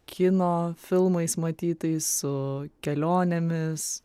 kino filmais matytais su kelionėmis